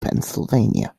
pennsylvania